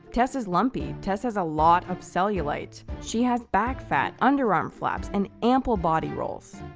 tess is lumpy. tess has a lot of cellulite. she has back fat, underarm flaps and ample body rolls.